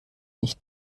nicht